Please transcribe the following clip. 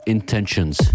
Intentions